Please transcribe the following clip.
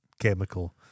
Chemical